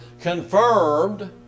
confirmed